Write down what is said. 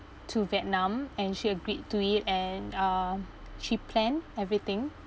to vietnam and she agreed to it and um she plan everything